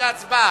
להצבעה.